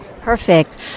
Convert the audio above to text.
Perfect